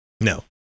No